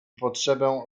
potrzebę